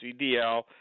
CDL